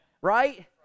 right